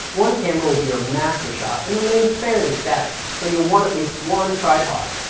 one camera will be your master shot and remain fairly static, so you'll want at least one tripod.